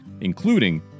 including